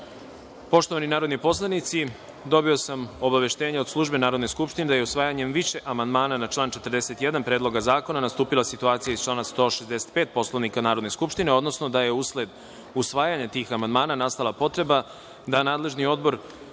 amandman. Poštovani narodni poslanici, dobio sam obaveštenje od službe Narodne skupštine da je usvajanjem više amandmana na član 41. Predloga zakona nastupila situacija iz člana 165. Poslovnika Narodne skupštine, odnosno da je usled usvajanja tih amandmana nastala potreba da nadležni odbor